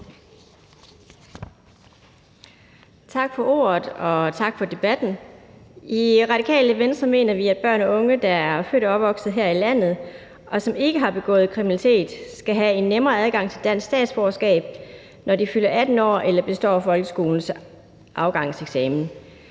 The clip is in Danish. Tak for ordet, og tak for debatten. I Radikale Venstre mener vi, at børn og unge, der er født og opvokset her i landet, og som ikke har begået kriminalitet, skal have en nemmere adgang til dansk statsborgerskab, når de fylder 18 år eller består folkeskolens afgangseksamen.